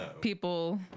people